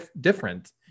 different